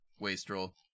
Wastrel